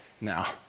now